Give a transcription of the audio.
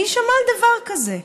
מי שמע על דבר כזה?